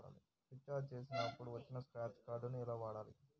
Recharge చేసినప్పుడు వచ్చిన scratch card ఎలా వాడాలి?